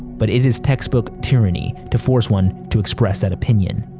but it is textbook tyranny to force one to express that opinion.